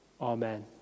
Amen